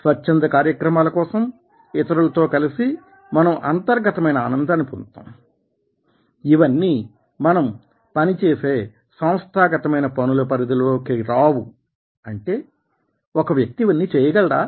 స్వచ్ఛంద కార్యక్రమాల కోసం ఇతరులతో కలిసి మనం అంతర్గతమైన ఆనందాన్ని పొందుతాం ఇవన్నీ మనం పని చేసే సంస్థాగతమైన పనుల పరిధిలోనికి రావు అంటే ఒక వ్యక్తి ఇవన్నీ చేయగలడా